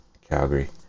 Calgary